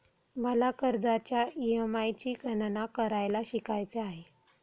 मला कर्जाच्या ई.एम.आय ची गणना करायला शिकायचे आहे